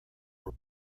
were